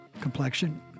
complexion